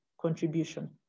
contribution